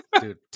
dude